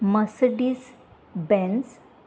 Mercedes Benz